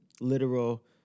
literal